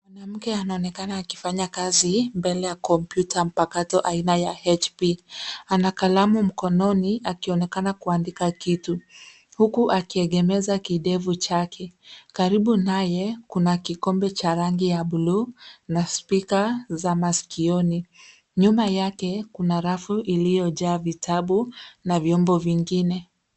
Mwanamke anaonekana akifanya kazi mbele ya kompyuta mpakato aina ya 'hp' ana kalamu mkononi akionekana kuandika kitu huku akiegemeza kidevu chake ,karibu naye kuna kikombe cha rangi ya buluu na spika za masikioni ,nyuma yake kuna rafu iliyojaa vitabu na vyombo vingine.